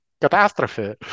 catastrophe